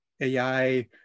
AI